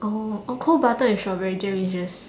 oh oh cold butter with strawberry jam is just